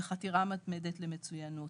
אלא על פי חוק אבל לא בהכרח בצורה של גמלה ביטוחית.